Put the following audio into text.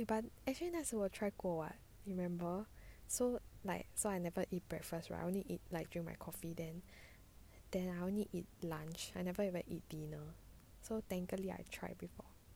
but actually 那时我 try 过 [what] you remember so like so I never eat breakfast right I only eat like drink my coffee then then I only eat lunch I never even eat dinner so technically I tried before